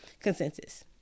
consensus